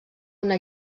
una